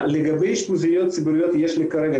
לגבי אשפוזיות ציבוריות יש לי כרגע,